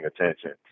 attention